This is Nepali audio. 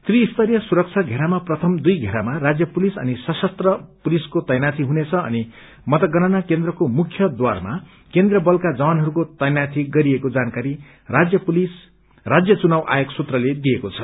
त्रिस्तरीय सुरक्षा घेरामा प्रथम दुइ घेरामा राज्य पुलिस अनि सशस्त्र पुलिसको तैनाथी हुनेछ अनि मतगणना केन्द्रको मुख्यद्वारमा केन्द्रीय बलका जवानहरूको तैनाथी गरिएको जानकारी राज्य चुनाव आयोग सूत्रले दिएको छ